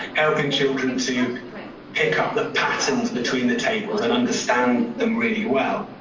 helping children to pick up the patterns between the tables and understand them really well.